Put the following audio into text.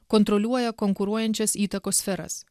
kontroliuoja konkuruojančias įtakos sferas